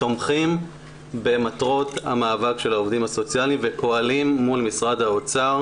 תומכים במטרות המאבק של העובדים הסוציאליים ופועלים מול משרד האוצר